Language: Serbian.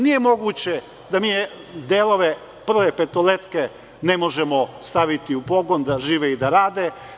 Nije moguće da neke delove „Prve petoljetke“ ne možemo staviti u pogon, da žive i da rade.